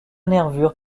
nervures